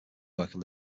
worker